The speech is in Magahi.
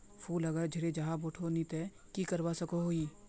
फूल अगर झरे जहा बोठो नी ते की करवा सकोहो ही?